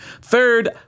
Third